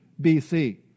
BC